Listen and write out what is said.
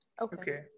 Okay